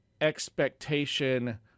expectation